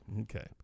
Okay